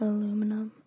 Aluminum